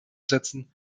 setzen